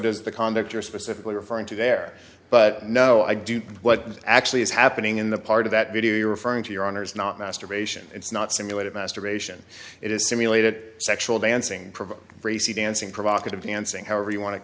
does the conduct you're specifically referring to there but no i do what actually is happening in the part of that video you're referring to your honor's not masturbation it's not simulated masturbation it is simulated sexual dancing provoke bracy dancing provocative dancing however you want